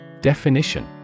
Definition